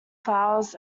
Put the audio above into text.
flowers